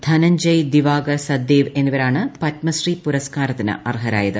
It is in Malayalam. ധനഞ്ജയ് ദിവാകർ സദ്ദേവ് എന്നിവരാണ് പത്മശ്രീ പുരസ്ക്കാരത്തിന് അർഹരായത്